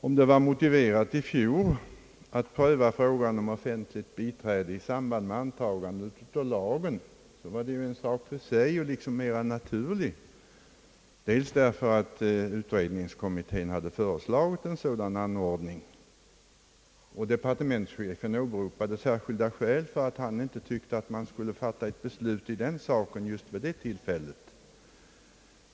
Om det i fjol var motiverat att pröva frågan om offentligt biträde i samband med antagande av lagen, var det en sak för sig och liksom mera naturligt, därför att utredningen hade föreslagit en sådan anordning och departementschefen åberopade särskilda skäl för att han inte tyckte att man skulle besluta i saken just vid det tillfället.